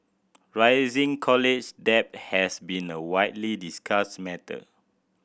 college debt has been a widely discussed matter